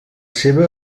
seva